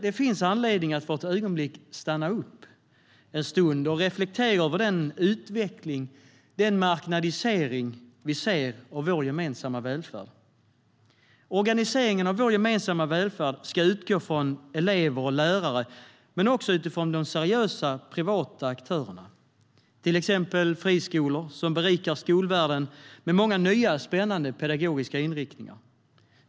Det finns anledning att för ett ögonblick stanna upp en stund och reflektera över den utveckling, den marknadisering, vi ser av vår gemensamma välfärd. Organiseringen av vår gemensamma välfärd ska utgå från elever och lärare men också från de seriösa privata aktörerna, till exempel friskolor som berikar skolvärlden med många nya spännande pedagogiska inriktningar.